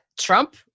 Trump